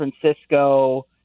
Francisco